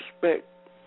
respect